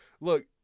Look